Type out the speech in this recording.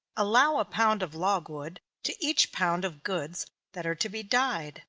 allow a pound of logwood to each pound of goods that are to be dyed.